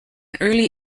early